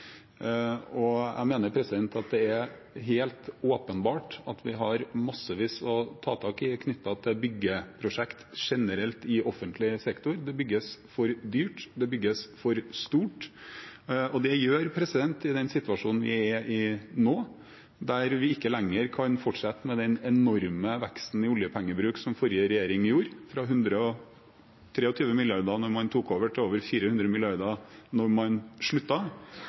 Jeg mener at det er helt åpenbart at vi har massevis å ta tak i knyttet til byggeprosjekter generelt i offentlig sektor. Det bygges for dyrt, det bygges for stort, og det gjør – i den situasjonen vi er i nå, der vi ikke lenger kan fortsette med den enorme veksten i oljepengebruk som forrige regjering gjorde, fra 123 mrd. kr da man tok over, til over 400 mrd. kr da man